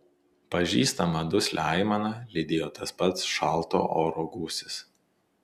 pažįstamą duslią aimaną lydėjo tas pats šalto oro gūsis